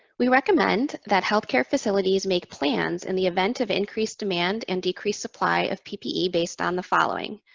we recommend that healthcare facilities make plans in the event of increased demand and decreased supply of ppe based on the following.